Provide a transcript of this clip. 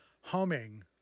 humming